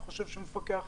אני חושב שמפקח